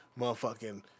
Motherfucking